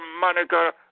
Monica